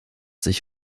sich